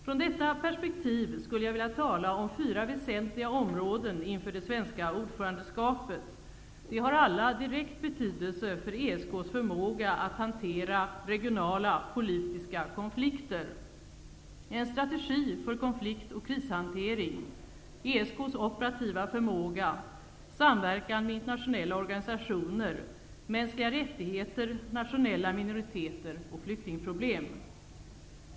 Från detta perspektiv skulle jag vilja tala om fyra väsentliga områden inför det svenska ordförandeskapet. De har alla direkt betydelse för ESK:s förmåga att hantera regionala politiska konflikter. Det gäller en strategi för konflikt och krishantering, ESK:s operativa förmåga, samverkan med internationella organisationer, mänskliga rättigheter, nationella minoriteter och flyktingproblem.